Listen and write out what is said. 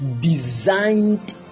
designed